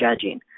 judging